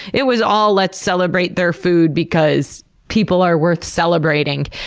it was all, let's celebrate their food, because people are worth celebrating.